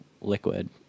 liquid